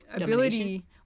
ability